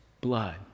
blood